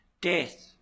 death